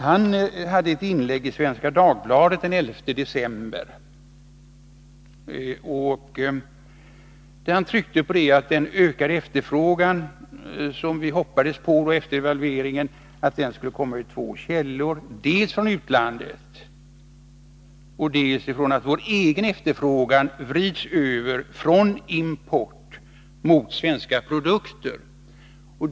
Han hade ett inlägg i Svenska Dagbladet den 11 december där han tryckte på att en ökad efterfrågan, som vi hoppades på efter devalveringen, skulle komma ur två källor, dels från utlandet, dels genom att vår egen efterfrågan vrids över från importprodukter mot svenska produkter.